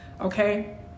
okay